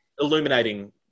illuminating